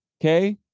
Okay